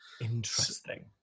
Interesting